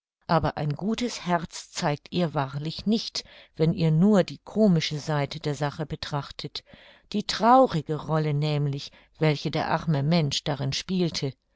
aber ein gutes herz zeigt ihr wahrlich nicht wenn ihr nur die komische seite der sache betrachtet die traurige rolle nämlich welche der arme mensch darin spielte